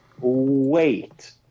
wait